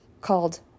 called